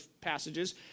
passages